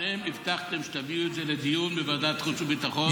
אתם הבטחתם שתביאו את זה לדיון בוועדת החוץ והביטחון.